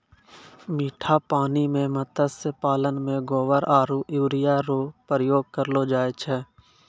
मीठा पानी मे मत्स्य पालन मे गोबर आरु यूरिया रो प्रयोग करलो जाय छै